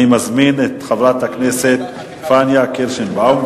אני מזמין את חברת הכנסת פניה קירשנבאום,